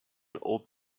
old